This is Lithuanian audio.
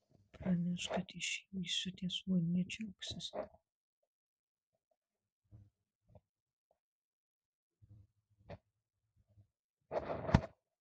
praneš kad išėjau įsiutęs o anie džiaugsis